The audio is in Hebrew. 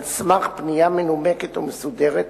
על סמך פנייה מנומקת ומסודרת,